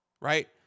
Right